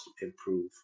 improve